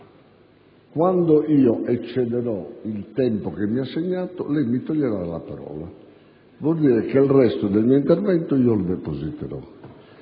quando eccederò il tempo che mi è assegnato lei mi toglierà la parola: vuol dire che il resto del mio intervento lo depositerò.